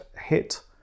hit